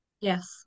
Yes